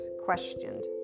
questioned